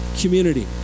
community